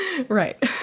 Right